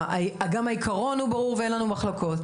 גם העיקרון הוא ברור ואין לנו מחלוקות.